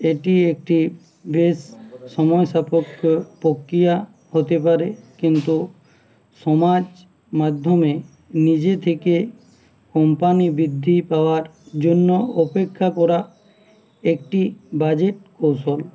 এটি একটি বেশ সময়সাপেক্ষ প্রক্রিয়া হতে পারে কিন্তু সমাজ মাধ্যমে নিজে থেকে কোম্পানি বৃদ্ধি পাওয়ার জন্য অপেক্ষা করা একটি বাজে কৌশল